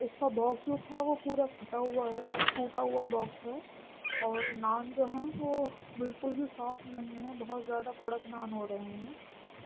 اس کا باکس جو تھا وہ پورا پھٹا ہوا ہے ٹوٹا ہوا باکس ہے اور نان جو ہیں وہ بالکل بھی صاف نہیں ہیں بہت زیادہ کڑک نان ہو رہے ہیں